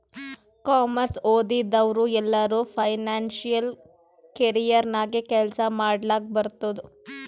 commerce ಓದಿದವ್ರು ಎಲ್ಲರೂ financial career ನಾಗೆ ಕೆಲ್ಸಾ ಮಾಡ್ಲಕ್ ಬರ್ತುದ್